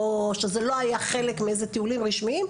או שזה לא היה חלק מאיזה טיולים רשמיים,